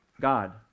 God